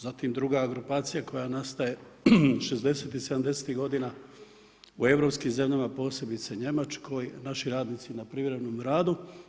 Zatim druga grupacija koja nastaje '60.-tih i '70.-tih godina u europskim zemljama, posebice Njemačkoj, naši radnici na privremenom radu.